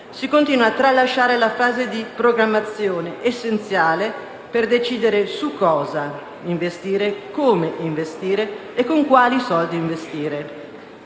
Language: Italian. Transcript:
si continua a tralasciare la fase della programmazione, essenziale per decidere su cosa investire, come investire e con quali soldi investire.